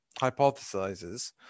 hypothesizes